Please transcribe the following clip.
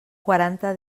quaranta